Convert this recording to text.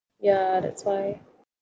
ya that's why